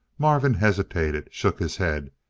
marvin hesitated, shook his head.